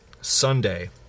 Sunday